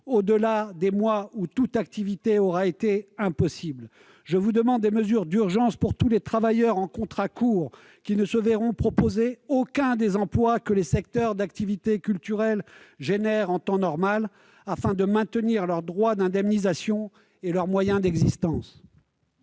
au-delà des mois où toute activité aura été impossible. Je vous demande également des mesures d'urgence pour tous les travailleurs en contrat court, qui ne se verront proposer aucun des emplois que les secteurs d'activités culturels offrent en temps normal, afin de maintenir leurs droits d'indemnisation et leurs moyens d'existence.